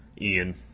Ian